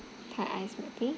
thai iced milk tea